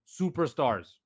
superstars